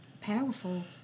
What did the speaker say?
powerful